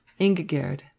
ingigerd